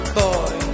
boy